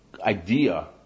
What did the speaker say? idea